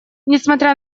несмотря